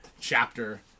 chapter